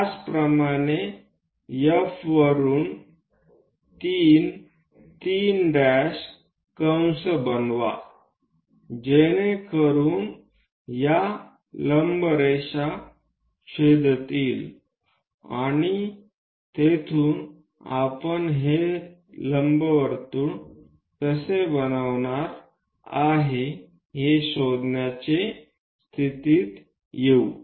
त्याचप्रमाणे F वरुन 3 3' कंस बनवतात जेणेकरून या लंब रेषा छेदतील आणि तेथून आपण हे लंबवर्तुळ कसे बनणार आहे हे शोधण्याच्या स्थितीत येऊ